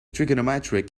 trigonometric